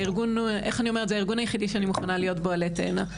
זה הארגון היחיד שאני מוכנה להיות בו עלה תאנה.